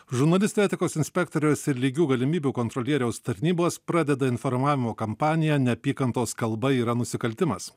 žurnalistų etikos inspektoriaus ir lygių galimybių kontrolieriaus tarnybos pradeda informavimo kampaniją neapykantos kalba yra nusikaltimas